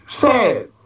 sad